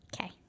Okay